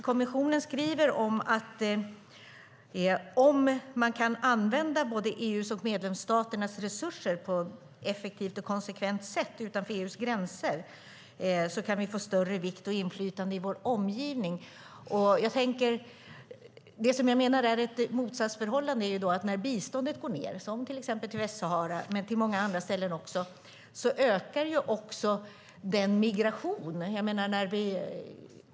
Kommissionen skriver att om man kan använda både EU:s och medlemsstaternas resurser på ett effektivt och konsekvent sätt utanför EU:s gränser kan vi få större vikt och inflytande i vår omgivning. Det som jag menar är ett motsatsförhållande är ju att när biståndet går ned, som till exempel till Västsahara och många andra ställen också, ökar migrationen.